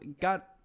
got